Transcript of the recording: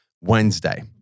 Wednesday